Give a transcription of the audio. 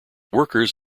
workers